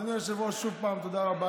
אדוני היושב-ראש, שוב פעם תודה רבה.